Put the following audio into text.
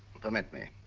permit me.